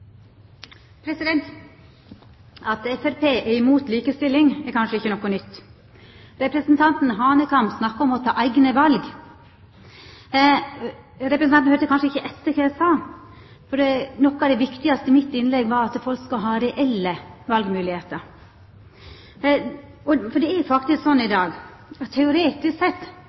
kanskje ikkje noko nytt. Representanten Hanekamhaug snakka om å ta eigne val. Representanten høyrde kanskje ikkje etter kva eg sa, for noko av det viktigaste i innlegget mitt var at folk skal ha reelle valmoglegheiter. For det er faktisk slik i dag at teoretisk sett